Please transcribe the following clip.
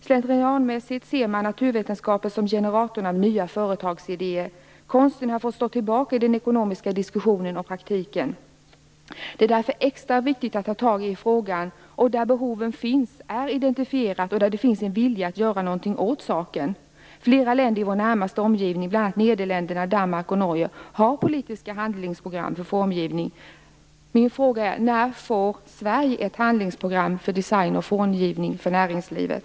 Slentrianmässigt ser man naturvetenskapen som generatorn av nya företagsidéer. Konsten har fått stå tillbaka i den ekonomiska diskussionen och praktiken. Det är därför extra viktigt att ta tag i frågan där behoven finns, där de är identifierade och där det finns en vilja att göra någonting åt saken. Flera länder i vår närmaste omgivning, bl.a. Nederländerna, Danmark och Norge, har politiska handlingsprogram för formgivning. Min fråga är: När får Sverige ett handlingsprogram för design och formgivning för näringslivet?